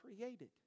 created